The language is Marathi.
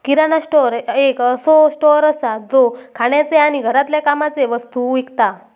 किराणा स्टोअर एक असो स्टोअर असा जो खाण्याचे आणि घरातल्या कामाचे वस्तु विकता